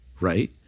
Right